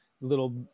little